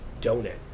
donut